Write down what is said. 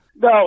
No